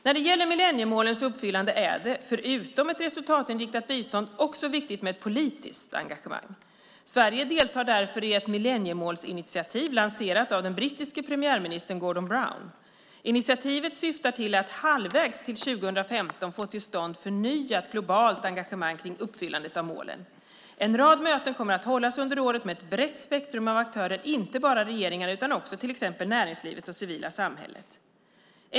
När det gäller millenniemålens uppfyllande är det, förutom ett resultatinriktat bistånd, också viktigt med ett politiskt engagemang. Sverige deltar därför i ett millenniemålsinitiativ lanserat av den brittiske premiärministern Gordon Brown. Initiativet syftar till att halvvägs till 2015 få till stånd förnyat globalt engagemang kring uppfyllandet av målen. En rad möten kommer att hållas under året med ett brett spektrum av aktörer, inte bara regeringar utan också till exempel näringslivet och civila samhället.